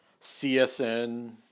CSN